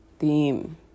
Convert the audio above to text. theme